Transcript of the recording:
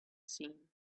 seen